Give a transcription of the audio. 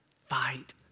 fight